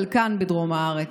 חלקן בדרום הארץ.